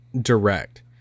direct